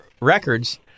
records